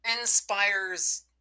inspires